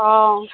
অঁ